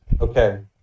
Okay